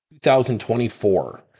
2024